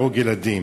להרוג ילדים.